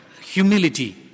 humility